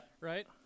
Right